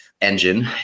engine